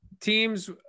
teams